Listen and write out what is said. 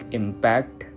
impact